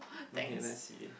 okay let's see